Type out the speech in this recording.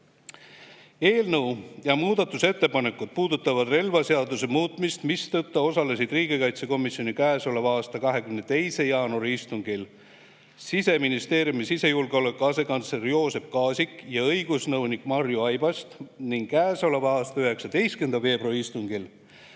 Eelnõu ja muudatusettepanekud puudutavad relvaseaduse muutmist, mistõttu osalesid riigikaitsekomisjoni käesoleva aasta 22. jaanuari istungil Siseministeeriumi sisejulgeoleku asekantsler Joosep Kaasik ja õigusnõunik Marju Aibast ning käesoleva aasta 19. veebruari istungil